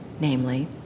namely